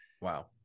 Wow